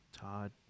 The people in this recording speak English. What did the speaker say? Todd